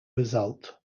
result